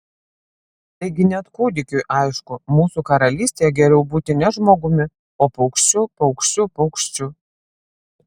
taigi net kūdikiui aišku mūsų karalystėje geriau būti ne žmogumi o paukščiu paukščiu paukščiu